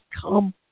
come